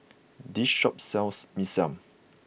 this shop sells Mee Siam